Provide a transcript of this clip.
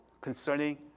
concerning